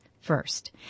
first